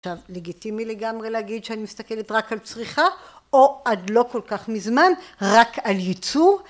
עכשיו, לגיטימי לגמרי להגיד שאני מסתכלת רק על צריכה או, עד לא כל כך מזמן, רק על ייצור